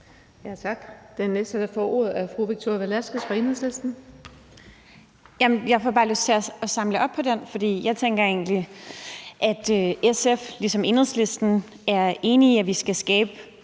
Tak. Den næste, der får ordet, er fru Victoria Velasquez fra Enhedslisten. Kl. 14:34 Victoria Velasquez (EL): Jeg får bare lyst til at samle op på den, for jeg tænker egentlig, at SF ligesom Enhedslisten er enig i, at vi skal skabe